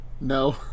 No